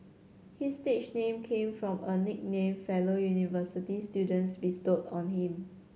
his stage name came from a nickname fellow university students bestowed on him